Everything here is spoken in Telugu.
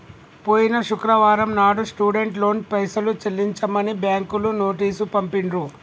పోయిన శుక్రవారం నాడు స్టూడెంట్ లోన్ పైసలు చెల్లించమని బ్యాంకులు నోటీసు పంపిండ్రు